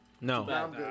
No